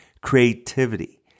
creativity